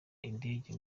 indege